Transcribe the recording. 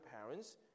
parents